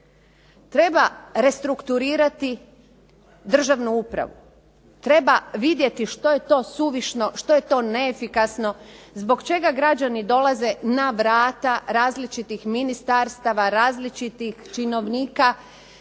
Treba restrukturirati državnu upravu, treba vidjeti što je to suvišno, što je to neefikasno, zbog čega građani dolaze na vrata različitih ministarstava, različitih činovnika,